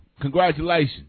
congratulations